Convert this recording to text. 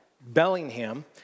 Bellingham